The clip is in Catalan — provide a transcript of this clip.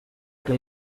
que